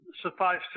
Suffice